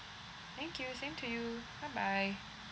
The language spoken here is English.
thank you same to you bye bye